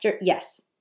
Yes